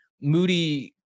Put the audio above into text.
Moody